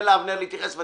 אני